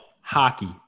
hockey